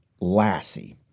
Lassie